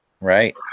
Right